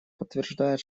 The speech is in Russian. подтверждает